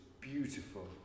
beautiful